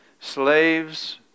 Slaves